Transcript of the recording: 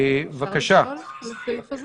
צריך להגיד באיזה יום.